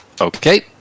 Okay